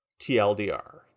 TLDR